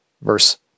verse